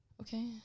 Okay